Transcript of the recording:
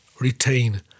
Retain